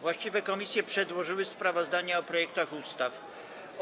Właściwe komisje przedłożyły sprawozdania o projektach ustaw: